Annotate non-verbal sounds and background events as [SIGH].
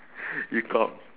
[BREATH] you cock